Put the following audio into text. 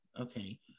Okay